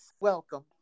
welcome